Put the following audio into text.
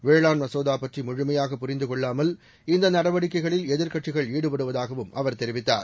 வேளாண் மசோதா பற்றி முழுமையாக புரிந்து கொள்ளாமல் இந்த நடவடிக்கைகளில் எதிர்க்கட்சிகள் ஈடுபடுவதாகவும் அவர் தெரிவித்தார்